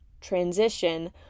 transition